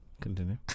Continue